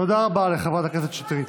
תודה רבה לחברת הכנסת שטרית.